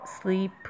sleep